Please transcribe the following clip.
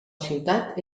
ciutat